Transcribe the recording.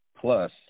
plus